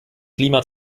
klima